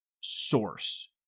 source